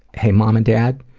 hey mom and dad,